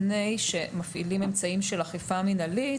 לפני שמפעילים אמצעים של אכיפה מנהלית.